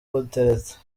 gutereta